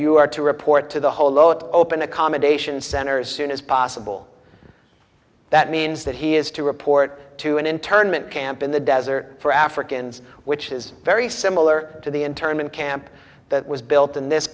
you are to report to the holo open accommodation centers soon as possible that means that he has to report to an internment camp in the desert for africans which is very similar to the internment camp that was built in this